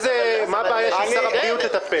סדרו לעצמכם איזה ג'ובים שאתם רוצים,